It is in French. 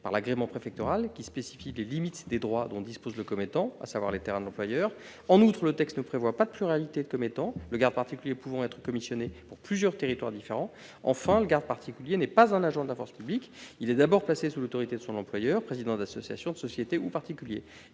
par l'agrément préfectoral, qui spécifie les limites des droits dont dispose le commettant, à savoir les terrains de l'employeur. En outre, le texte ne prévoit pas le cas de pluralité de commettants, le garde particulier pouvant être commissionné pour plusieurs territoires différents. Enfin, le garde particulier n'est pas un agent de la force publique. Il est d'abord placé sous l'autorité de son employeur- président d'association, de société ou particulier.